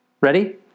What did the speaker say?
Ready